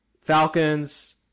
Falcons